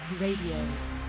Radio